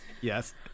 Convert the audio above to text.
yes